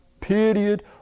period